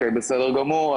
גבירתי.